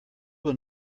will